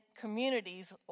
communities